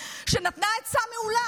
את יכולה לקרוא לי "בושה" עד מחר.